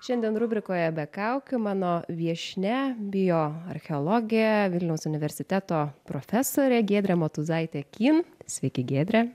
šiandien rubrikoje be kaukių mano viešnia bioarcheologė vilniaus universiteto profesorė giedrė motuzaitė kyn sveiki giedre